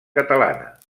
catalana